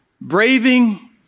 braving